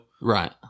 Right